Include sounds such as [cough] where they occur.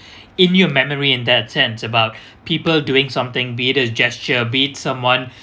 in your memory in that sense about [breath] people doing something be it as gesture be it someone